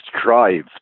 strive